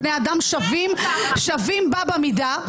כולנו כאן בני אדם שווים בה במידה.